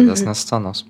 didesnės scenos